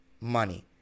Money